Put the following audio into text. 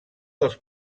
dels